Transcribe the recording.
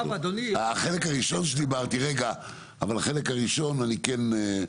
החלק הראשון שדיברתי, אני כן,